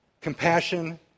Compassion